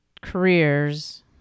careers